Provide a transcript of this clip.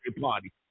party